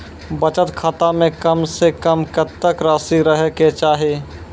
बचत खाता म कम से कम कत्तेक रासि रहे के चाहि?